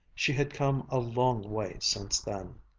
she had come a long way since then.